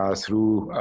ah through